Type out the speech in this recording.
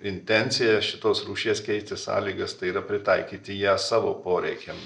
intencija šitos rūšies keisti sąlygas tai yra pritaikyti ją savo poreikiam